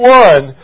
one